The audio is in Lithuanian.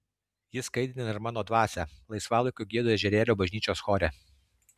ji skaidrina ir mano dvasią laisvalaikiu giedu ežerėlio bažnyčios chore